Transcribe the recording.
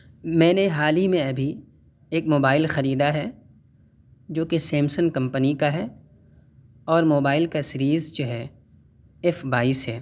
میں نے حال ہی میں ابھی ایک موبائل خریدا ہے جو کہ سیمسنگ کمپنی کا ہے اور موبائل کا سیریز جو ہے ایف بائیس ہے